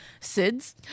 sids